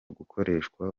gukoreshwa